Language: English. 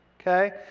okay